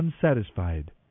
unsatisfied